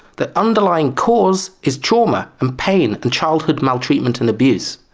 the underlying cause is trauma and pain and childhood maltreatment and abuse.